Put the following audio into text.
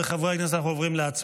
חברי הכנסת, אנחנו עוברים להצבעה.